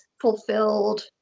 fulfilled